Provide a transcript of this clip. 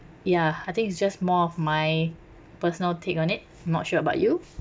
ya I think it's just more of my personal take on it not sure about you